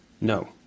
no